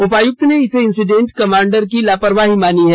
उपायुक्त ने इसे इंसिडेंट कमांडर की लापरवाही मानी है